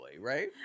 right